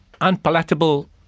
unpalatable